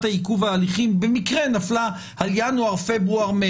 עיכוב ההליכים במקרה נפלה על ינואר-פברואר-מרץ,